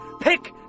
pick